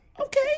okay